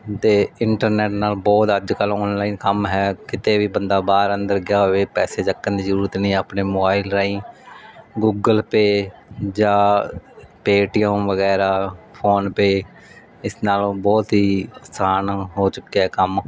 ਤੇ ਇੰਟਰਨੈਟ ਨਾਲ ਬਹੁਤ ਅੱਜ ਕੱਲ ਔਨਲਾਈਨ ਕੰਮ ਹੈ ਕਿਤੇ ਵੀ ਬੰਦਾ ਬਾਹਰ ਅੰਦਰ ਗਿਆ ਹੋਵੇ ਪੈਸੇ ਚੱਕਣ ਦੀ ਜਰੂਰਤ ਨਹੀਂ ਆਪਣੇ ਮੋਬਾਇਲ ਰਾਹੀਂ ਗੂਗਲ ਪੇ ਜਾ ਪੇ ਟੀ ਐਮ ਵਗੈਰਾ ਫੋਨ ਪੇ ਇਸ ਨਾਲੋਂ ਬਹੁਤ ਹੀ ਆਸਾਨ ਹੋ ਚੁੱਕਿਆ ਕੰਮ